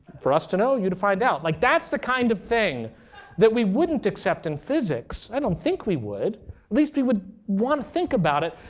for us to know you to find out. like that's the kind of thing that we wouldn't accept in physics. i don't think we would. at least we would want think about it.